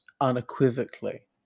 unequivocally